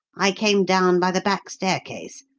i came down by the back staircase.